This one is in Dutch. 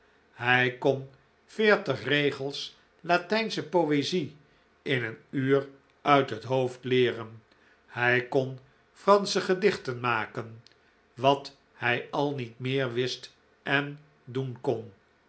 hij kon veertig regels latijnsche poezie in een uur uit het hoofd leeren hij kon fransche gedichten maken wat hij al niet meer wist en doen kon